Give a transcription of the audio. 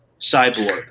Cyborg